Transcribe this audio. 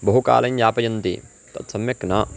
बहुकालं यापयन्ति तत् सम्यक् न